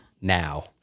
now